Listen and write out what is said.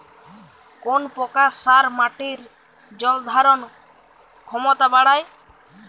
কোন প্রকার সার মাটির জল ধারণ ক্ষমতা বাড়ায়?